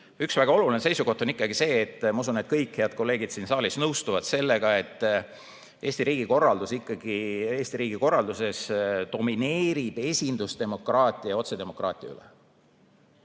Üks väga oluline seisukoht on see – ma usun, et kõik head kolleegid siin saalis nõustuvad sellega –, et ikkagi Eesti riigikorralduses domineerib esindusdemokraatia otsedemokraatia üle.